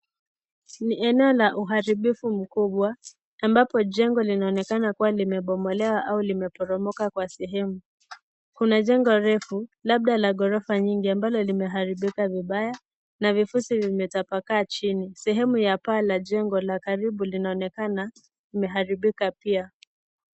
Ni eneo la uharibifu mkubwa ambapo jengo linaonekana kuwa limebomolewa au limeporomoka kwa sehemu, kuna jengo refu labda la gorofa nyingi ambalo limeharibika vibaya na vifosi vimetapakaa chini, sehemu ya paa la jengo la karibu linaonekana limeharibika pia.